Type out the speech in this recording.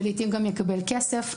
ולעיתים יקבל גם כסף.